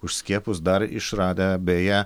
už skiepus dar išradę beje